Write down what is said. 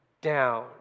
down